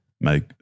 make